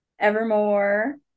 Evermore